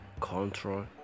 Control